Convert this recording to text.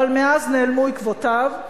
אבל מאז נעלמו עקבותיו.